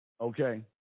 okay